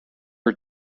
are